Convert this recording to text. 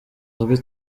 uzwi